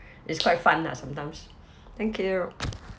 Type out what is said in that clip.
it's quite fun lah sometimes thank you